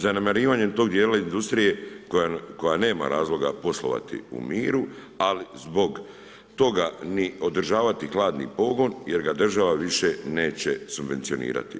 Zanemarivanje tog dijela industrije, koja nema razloga poslovati u miru, ali zbog toga ni održavati hladni pogon, jer ga država više neće subvencionirati.